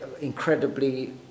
incredibly